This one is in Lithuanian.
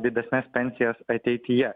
didesnes pensijas ateityje